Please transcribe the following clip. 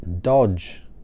dodge